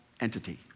entity